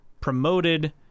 promoted